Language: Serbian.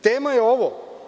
Tema je ovo.